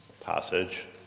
passage